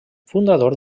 fundador